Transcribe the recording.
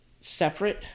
separate